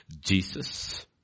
Jesus